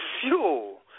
fuel